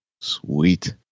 Sweet